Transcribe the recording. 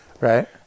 right